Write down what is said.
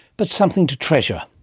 but something to treasure.